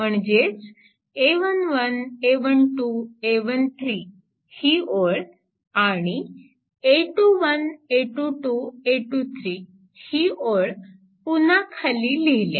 म्हणजेच a11 a12 a13 ही ओळ आणि a21 a22 a23 ही ओळ पुन्हा खाली लिहिल्या